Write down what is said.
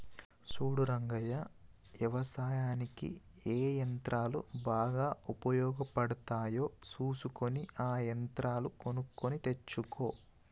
సూడు రంగయ్య యవసాయనిక్ ఏ యంత్రాలు బాగా ఉపయోగపడుతాయో సూసుకొని ఆ యంత్రాలు కొనుక్కొని తెచ్చుకో